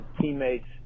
teammates